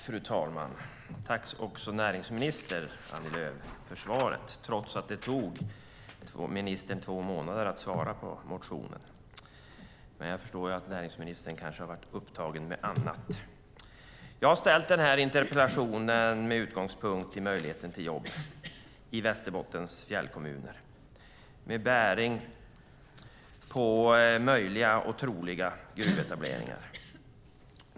Fru talman! Tack, näringsminister Annie Lööf, för svaret trots att det tog ministern två månader att svara på interpellationen. Men jag förstår att näringsministern kanske har varit upptagen med annat. Jag har ställt den här interpellationen med utgångspunkt i möjligheten till jobb i Västerbottens fjällkommuner, med bäring på möjliga och troliga gruvetableringar.